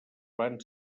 van